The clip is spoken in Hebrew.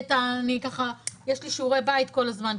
יש לי ככה שיעורי בית כל הזמן,